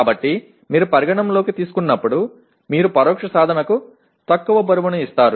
కాబట్టి మీరు పరిగణనలోకి తీసుకున్నప్పుడు మీరు పరోక్ష సాధనకు తక్కువ బరువును ఇస్తారు